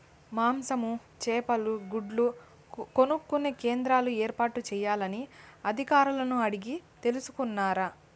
మాంసము, చేపలు, గుడ్లు కొనుక్కొనే కేంద్రాలు ఏర్పాటు చేయాలని అధికారులను అడిగి తెలుసుకున్నారా?